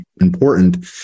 important